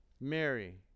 Mary